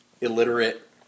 illiterate